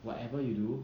whatever you do